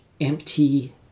empty